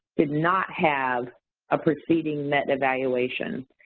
did not have a proceeding med evaluation,